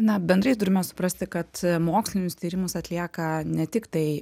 na bendrai turime suprasti kad mokslinius tyrimus atlieka ne tiktai